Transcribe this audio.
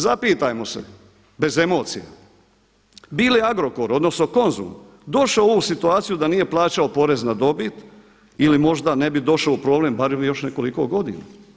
Zapitajmo se bez emocija, bi li Agrokor odnosno Konzum došao u ovu situaciju da nije plaćao porez na dobit ili možda ne bi došao u problem barem još nekoliko godina?